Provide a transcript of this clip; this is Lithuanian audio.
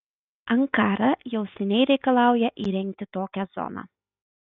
ankara jau seniai reikalauja įrengti tokią zoną